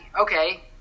Okay